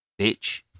Bitch